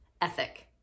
ethic